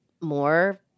more